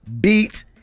beat